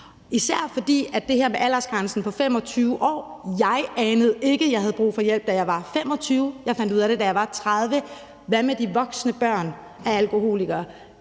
grund af det her med aldersgrænsen på 25 år. Jeg anede ikke, at jeg havde brug for hjælp, da jeg var 25 år; jeg fandt ud af det, da jeg var 30 år. Hvad med de voksne børn af alkoholikere